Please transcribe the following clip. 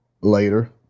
later